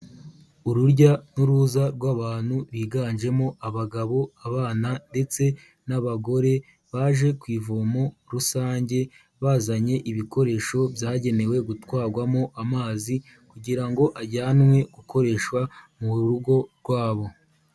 Urujya n'uruza rw'abantu biganjemo abagabo, abana ndetse n'abagore baje ku ivomo rusange, bazanye ibikoresho byagenewe gutwarwamo amazi kugira ngo ajyanwe gukoreshwa mu rugo rwabo.